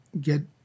get